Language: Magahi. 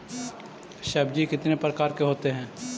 सब्जी कितने प्रकार के होते है?